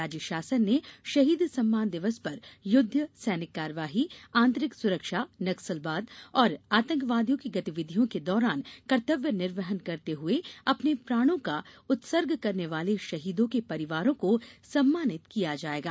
राज्य शासन ने शहीद सम्मान दिवस पर युद्ध सैनिक कार्यवाही आंतरिक सुरक्षा नक्सलवाद और आतंकवादियों गतिविधियों के दौरान कर्त्तव्य निर्वहन करते हुए अपने प्राणों का उत्सर्ग करने वाले शहीदों के परिवारों को सम्मानित किया जायेगा